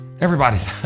everybody's